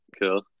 Cool